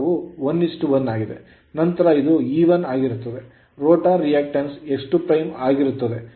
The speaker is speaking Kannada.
ನಂತರ ಇದು E1 ಆಗುತ್ತದೆ ರೋಟರ್ ರಿಯಾಕ್ಟಿನ್ಸ್ X 2'ಆಗುತ್ತದೆ